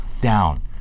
down